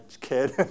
kid